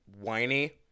whiny